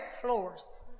floors